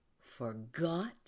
forgot